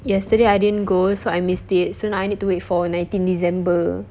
yesterday I didn't go so I missed it so now I need to wait for nineteenth december